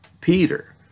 Peter